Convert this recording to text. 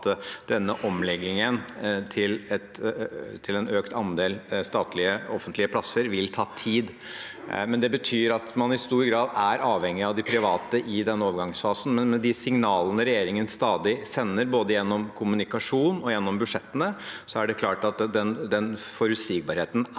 sa at omleggingen til en økt andel statlige, offentlige plasser vil ta tid. Det betyr at man i stor grad er avhengig av de private i denne overgangsfasen, men med de signalene regjeringen stadig sender, både gjennom kommunikasjon og gjennom budsjettene, er det klart at den forutsigbarheten